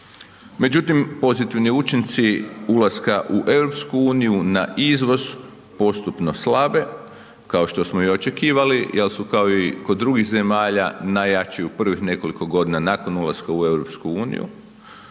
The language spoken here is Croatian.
Međutim pozitivni učinci ulaska u EU na izvoz postupno slabe, kao što smo i očekivali jer su kao i kod drugih zemalja najjači u prvih nekoliko godina nakon ulaska u EU